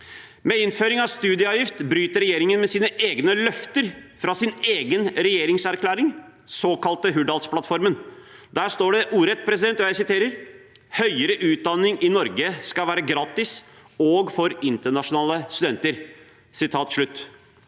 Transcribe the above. Ved innføringen av studieavgift bryter regjeringen med sine egne løfter fra sin egen regjeringserklæring, den såkalte Hurdalsplattformen. Der står det ordrett: «Høgare utdanning i Noreg skal vere gratis, òg for internasjonale studentar.»